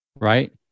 Right